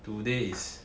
today is